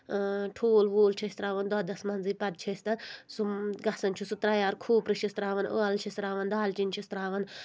ٹھوٗل ووٗل چھِ أسۍ تراوان دۄدس منٛزٕے پَتہٕ چھِ أسۍ تتھ سُہ گژھان چھُ سُہ ترٛیار کھوٗپرٕ چھِس تراوان ٲلہٕ چھِس تراوان دالچیٖن چھِس تراوان